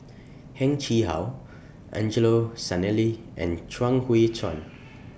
Heng Chee How Angelo Sanelli and Chuang Hui Tsuan